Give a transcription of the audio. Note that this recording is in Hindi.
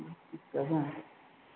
कहें